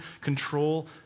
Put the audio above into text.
control